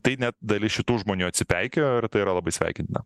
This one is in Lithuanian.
tai net dalis šitų žmonių atsipeikėjo ir tai yra labai sveikintina